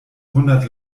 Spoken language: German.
hundert